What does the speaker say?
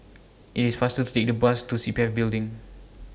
IT IS faster to Take The Bus to C P F Building